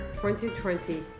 2020